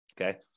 Okay